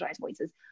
voices